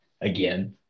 again